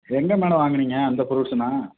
எங்கே மேடம் வாங்குனீங்க அந்த ஃப்ரூட்ஸ்ஸெல்லாம்